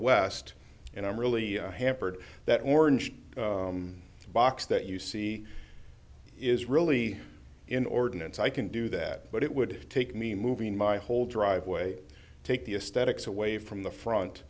west and i'm really hampered that orange box that you see is really in ordinance i can do that but it would take me moving my whole driveway take the aesthetics away from the front